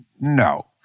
No